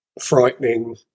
frightening